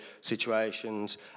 situations